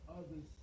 others